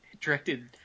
directed